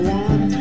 one